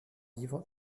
livre